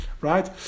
right